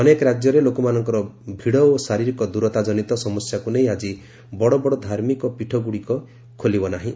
ଅନେକ ରାକ୍ୟରେ ଲୋକମାନଙ୍କର ଭିଡ଼ ଓ ଶାରୀରିକ ଦୂରତା ଜନିତ ସମସ୍ୟାକୁ ନେଇ ଆଜି ବଡ଼ବଡ଼ ଧାର୍ମିକପୀଠଗୁଡ଼ିକ ଖୋଲିବନାହିଁ